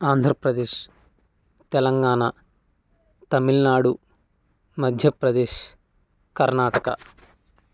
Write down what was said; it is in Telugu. ఆంధ్రప్రదేశ్ తెలంగాణ తమిళనాడు మధ్యప్రదేశ్ కర్ణాటక